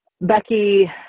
Becky